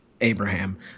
Abraham